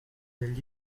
will